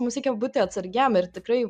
mums reikia būti atsargiem ir tikrai